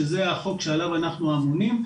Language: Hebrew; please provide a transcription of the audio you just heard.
שזה החוק שעליו אנחנו אמונים.